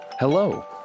Hello